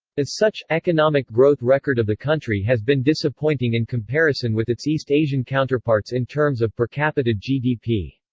as such, economic growth record of the country has been disappointing in comparison with its east asian counterparts in terms of per capita gdp.